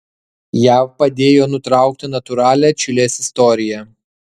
jav padėjo nutraukti natūralią čilės istoriją